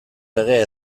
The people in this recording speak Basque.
legea